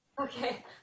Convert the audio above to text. Okay